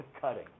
cutting